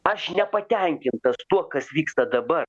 aš nepatenkintas tuo kas vyksta dabar